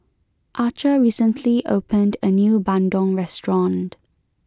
Archer recently opened a new bandung restaurant